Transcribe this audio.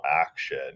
action